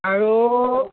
আৰু